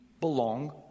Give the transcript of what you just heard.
belong